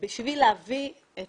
בשביל להביא את